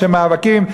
לשם מאבקים?